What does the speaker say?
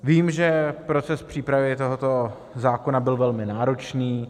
Vím, že proces přípravy tohoto zákona byl velmi náročný.